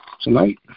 tonight